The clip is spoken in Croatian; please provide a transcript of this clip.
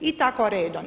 I tako redom.